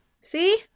See